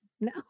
No